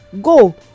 go